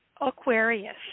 Aquarius